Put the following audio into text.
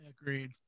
agreed